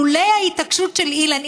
לולי ההתעקשות של אילן,